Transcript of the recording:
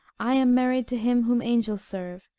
i am married to him whom angels serve,